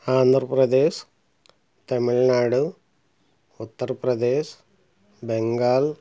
Andhra Pradesh Tamil Nadu Uttar Pradesh Bengal